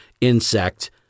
insect